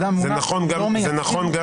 זה נכון גם